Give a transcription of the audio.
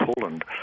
Poland